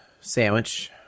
sandwich